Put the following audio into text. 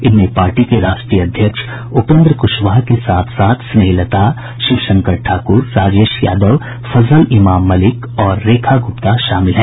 इनमें पार्टी के राष्ट्रीय अध्यक्ष उपेन्द्र कुशवहा के साथ साथ स्नेह लता शिवशंकर ठाकुर राजेश यादव फजल इमाम मल्लिक और रेखा गुप्ता शामिल हैं